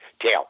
tail